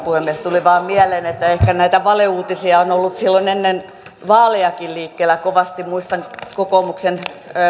puhemies tuli vain mieleen että ehkä näitä valeuutisia on ollut silloin ennen vaalejakin liikkeellä kovasti muistan kokoomuksen